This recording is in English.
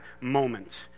moment